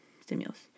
stimulus